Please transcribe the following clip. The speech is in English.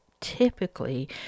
typically